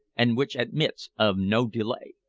and which admits of no delay.